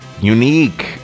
unique